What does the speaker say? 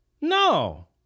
No